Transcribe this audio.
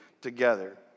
together